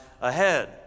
ahead